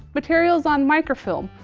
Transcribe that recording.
materials on microfilm,